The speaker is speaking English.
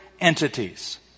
entities